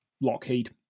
Lockheed